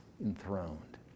enthroned